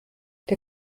der